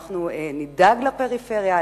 אנחנו נדאג לפריפריה,